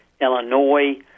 Illinois